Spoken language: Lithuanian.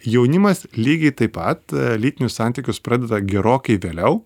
jaunimas lygiai taip pat lytinius santykius pradeda gerokai vėliau